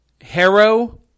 Harrow